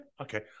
Okay